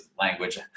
language